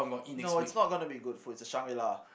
no it's not gonna be good food it's a Shangri-La